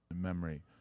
memory